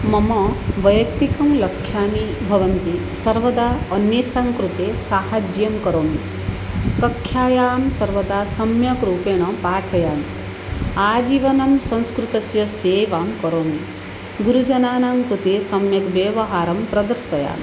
मम वैयक्तिकलक्ष्याणि भवन्ति सर्वदा अन्येषां कृते साहाय्यं करोमि कक्षायां सर्वदा सम्यक् रूपेण पाठयामि आजीवनं संस्कृतस्य सेवां करोमि गुरुजनानां कृते सम्यक् व्यवहारं प्रदर्शयामि